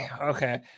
okay